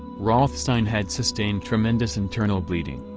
rothstein had sustained tremendous internal bleeding.